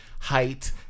height